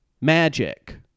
Magic